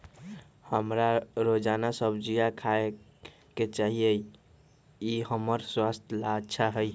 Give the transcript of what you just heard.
हमरा रोजाना सब्जिया खाय के चाहिए ई हमर स्वास्थ्य ला अच्छा हई